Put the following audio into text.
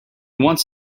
wants